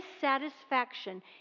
dissatisfaction